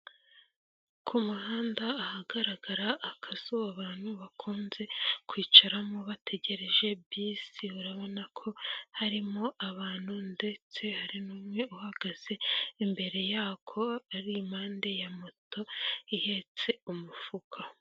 Ku muhanda ahagaragara akazu abantu bakunze kwicaramo bategereje bisi, urabona ko harimo abantu ndetse hari n'umwe uhagaze imbere yako, ari impande ya moto, ihetse umufuka.